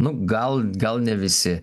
nu gal gal ne visi